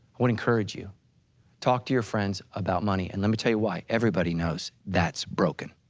would encourage you talk to your friends about money and let me tell you why, everybody knows that's broken,